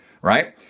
right